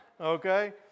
okay